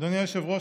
אדוני היושב-ראש,